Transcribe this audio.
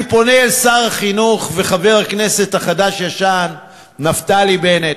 אני פונה אל שר החינוך וחבר הכנסת החדש-ישן נפתלי בנט: